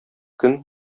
көн